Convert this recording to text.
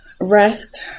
Rest